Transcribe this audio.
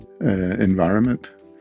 environment